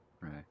Right